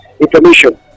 information